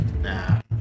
Nah